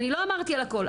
אני לא אמרתי על הכול,